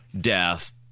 death